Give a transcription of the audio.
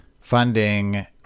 funding